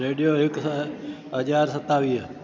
radio हिकु हज़ार सतावीह